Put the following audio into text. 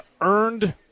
earned